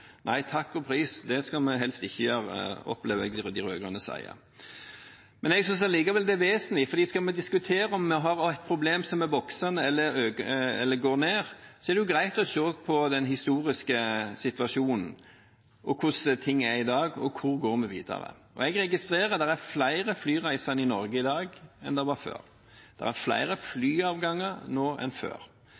Nei, takk og pris, det skal vi helst ikke gjøre, opplever jeg at de rød-grønne sier. Likevel synes jeg det er vesentlig, for skal vi diskutere om vi har et problem som er voksende eller avtagende, er det greit å se på den historiske situasjonen, hvordan ting er i dag, og hvor vi går videre. Jeg registrerer at det er flere flyreisende i Norge i dag enn det var før. Det er flere flyavganger nå enn før.